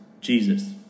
Jesus